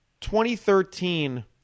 2013